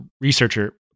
researcher